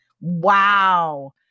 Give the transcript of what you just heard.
wow